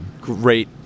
great